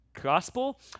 gospel